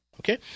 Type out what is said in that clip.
okay